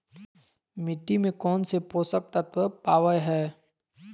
मिट्टी में कौन से पोषक तत्व पावय हैय?